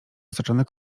osaczony